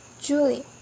Julie